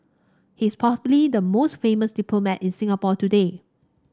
he's probably the most famous diplomat in Singapore today